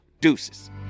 Deuces